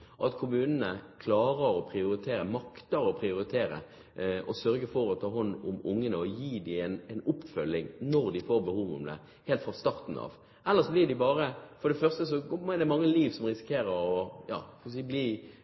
at kommunene makter å prioritere og sørger for å ta hånd om barna og gi dem en oppfølging når de har behov for det, helt fra starten av. Ellers er det, for det første, mange liv som risikerer å